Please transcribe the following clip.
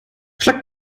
schlagt